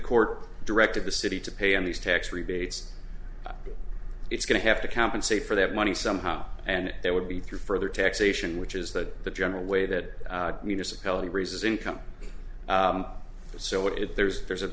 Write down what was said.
court directed the city to pay on these tax rebates it's going to have to compensate for that money somehow and that would be through further taxation which is that the general way that municipality raises income so if there's there's a